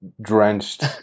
drenched